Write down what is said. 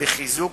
בחיזוק